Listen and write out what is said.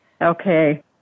Okay